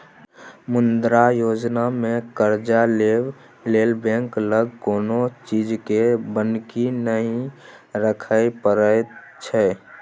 मुद्रा योजनामे करजा लेबा लेल बैंक लग कोनो चीजकेँ बन्हकी नहि राखय परय छै